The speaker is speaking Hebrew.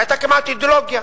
זו היתה כמעט אידיאולוגיה.